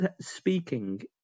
speaking